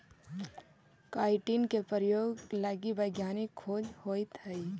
chitin के प्रयोग लगी वैज्ञानिक खोज होइत हई